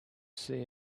see